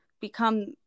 become –